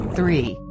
Three